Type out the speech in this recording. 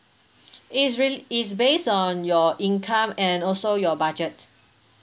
it's really is based on your income and also your budget